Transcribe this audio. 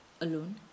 alone